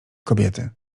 kobiety